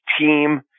team